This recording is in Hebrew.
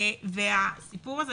והסיפור הזה